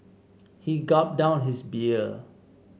he gulped down his beer